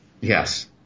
Yes